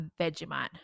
Vegemite